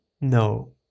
No